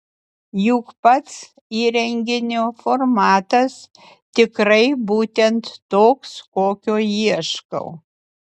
juk pats įrenginio formatas tikrai būtent toks kokio ieškau